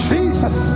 Jesus